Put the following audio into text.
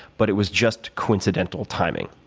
but it was just coincidental timing.